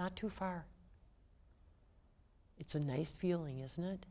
not too far it's a nice feeling isn't it